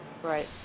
Right